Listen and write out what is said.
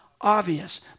obvious